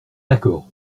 d’accord